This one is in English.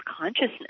consciousness